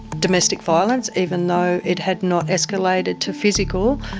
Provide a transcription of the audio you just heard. domestic violence, even though it had not escalated to physical,